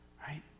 right